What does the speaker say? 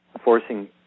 forcing